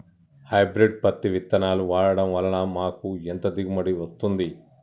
Hybrid పత్తి విత్తనాలు వాడడం వలన మాకు ఎంత దిగుమతి వస్తుంది?